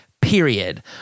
period